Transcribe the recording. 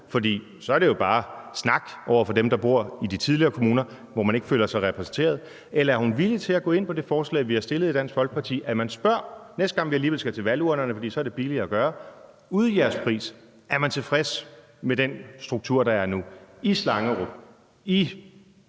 for så er det bare snak over for dem, der bor i de tidligere kommuner, hvor man ikke føler sig repræsenteret? Eller er hun villig til at gå ind på det forslag, vi har stillet i Dansk Folkeparti, nemlig at man spørger, næste gang vi alligevel skal til valgurnerne, for så er det billigere at gøre det, om man er tilfredse med den struktur, der er nu i Slangerup, i